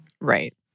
Right